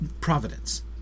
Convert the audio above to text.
providence